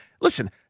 Listen